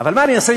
אבל מה אני אעשה?